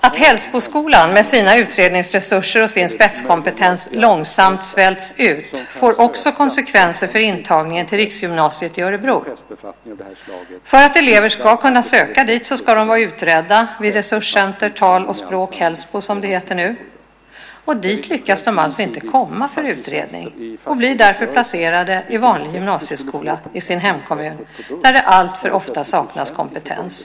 Att Hällsboskolan, med dess utredningsresurser och spetskompetens, långsamt svälts ut får också konsekvenser för intagningen till riksgymnasiet i Örebro. För att elever ska kunna söka dit måste de ha utretts vid Resurscenter tal och språk/Hällsboskolan, som det numera heter, och dit lyckas de alltså inte komma för utredning. Eleverna blir därför placerade i de vanliga gymnasieskolorna i hemkommunerna där det alltför ofta saknas kompetens.